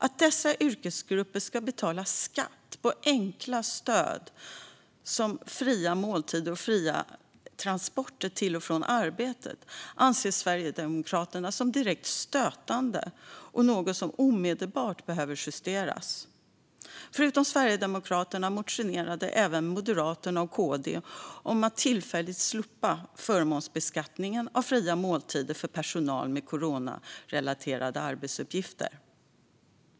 Att dessa yrkesgrupper ska betala skatt på enkla stöd som fria måltider och fria transporter till och från arbetet anser Sverigedemokraterna som direkt stötande och något som omedelbart behöver justeras. Förutom Sverigedemokraterna motionerade även M och KD om att tillfälligt slopa förmånsbeskattningen av fria måltider för personal med coronarelaterade arbetsuppgifter.